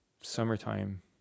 summertime